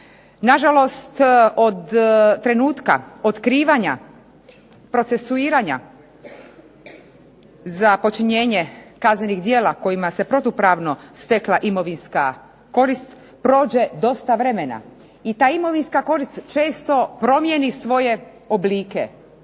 Na žalost od trenutka otkrivanja, procesuiranja za počinjenje kaznenih djela kojima se protupravno stekla imovinska korist prođe dosta vremena, i ta imovinska korist često promijeni svoje oblike,